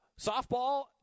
Softball